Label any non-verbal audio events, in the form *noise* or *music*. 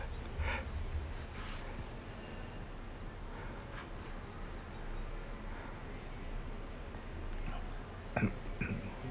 *breath* *coughs*